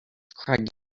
craig